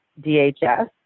DHS